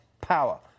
power